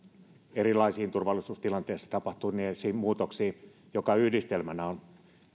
erilaisiin turvallisuustilanteissa tapahtuneisiin muutoksiin mikä yhdistelmänä on